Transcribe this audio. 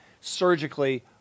surgically